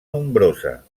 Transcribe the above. nombrosa